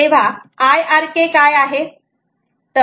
तेव्हा IRK काय आहे